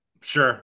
sure